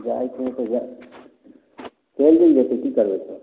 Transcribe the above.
जाइ छी तऽ जाउ रैली अइ तऽ की करबै तऽ